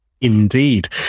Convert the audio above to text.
Indeed